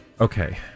Okay